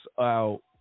out